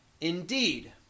Indeed